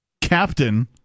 Captain